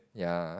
ya